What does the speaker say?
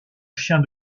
chien